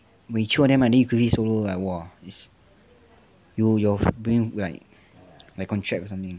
when you chew on them then you quickly swallow like !wah! your your brain will like contract or something